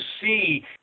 see